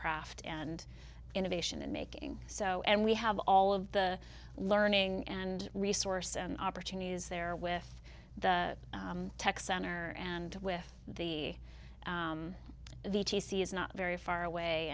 craft and innovation and making so and we have all of the learning and resource and opportunities there with the tech center and with the the t c is not very far away